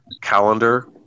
calendar